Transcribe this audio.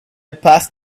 passed